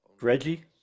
Reggie